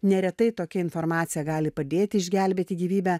neretai tokia informacija gali padėti išgelbėti gyvybę